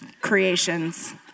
creations